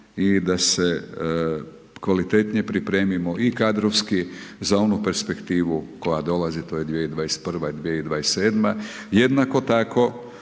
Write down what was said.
i da se kvalitetnije pripremimo i kadrovski za onu perspektivu koja dolazi to je 2021. i 2027. jednako tako